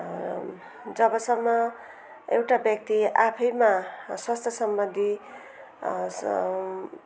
जबसम्म एउटा व्यक्ति आफैमा स्वास्थ्यसम्बन्धी सम